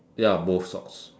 ya both socks